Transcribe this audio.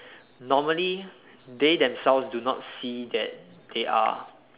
normally they themselves do not see that they are